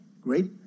great